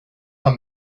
how